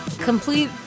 complete